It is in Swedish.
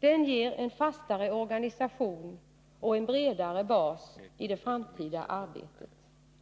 Det ger en fastare organisation och en bredare bas i det framtida arbetet.